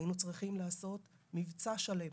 היינו צריכים לעשות מבצע שלם